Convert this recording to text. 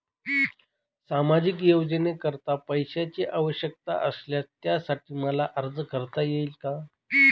सामाजिक योजनेकरीता पैशांची आवश्यकता असल्यास त्यासाठी मला अर्ज करता येईल का?